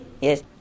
yes